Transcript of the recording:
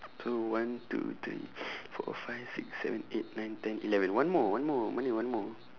so one two three four five six seven eight nine ten eleven one more one more mana one more